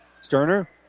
Sterner